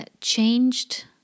changed